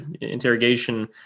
interrogation